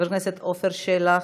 חבר הכנסת עפר שלח,